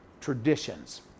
traditions